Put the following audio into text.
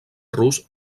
rus